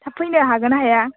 थाब फैनो हागोन ना हाया